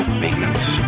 maintenance